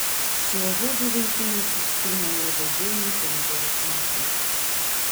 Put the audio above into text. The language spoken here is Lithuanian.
šiuo hobiu vaikinas užsiima jau daugiau nei penkerius metus